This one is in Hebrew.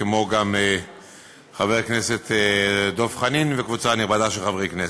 כמו גם חבר הכנסת דב חנין וקבוצה נכבדה של חברי כנסת,